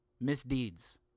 misdeeds